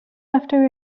after